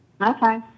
Okay